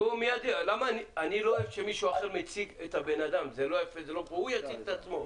יציג את עצמו.